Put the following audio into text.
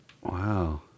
Wow